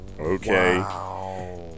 okay